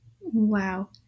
Wow